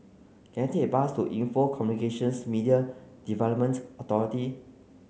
can I take a bus to Info Communications Media Development Authority